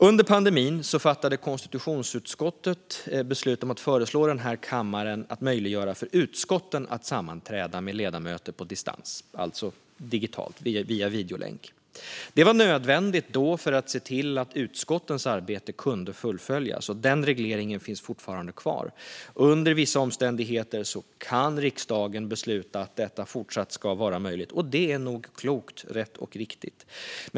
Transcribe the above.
Under pandemin fattade konstitutionsutskottet beslut om att föreslå kammaren att möjliggöra för utskotten att sammanträda med ledamöter på distans, alltså digitalt, via videolänk. Det var nödvändigt då, för att se till att utskottens arbete kunde fullföljas. Och den regleringen finns fortfarande kvar. Under vissa omständigheter kan riksdagen besluta att det fortsatt ska vara möjligt. Det är nog klokt, rätt och riktigt.